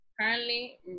currently